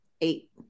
Eight